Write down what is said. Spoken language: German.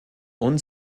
und